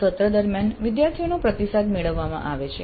સત્ર દરમિયાન વિદ્યાર્થીઓનો પ્રતિસાદ મેળવવામાં આવે છે